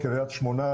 קריית שמונה,